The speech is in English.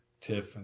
tiff